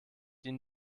ihnen